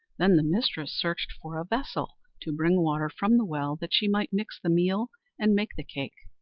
then the mistress searched for a vessel to bring water from the well that she might mix the meal and make the cake,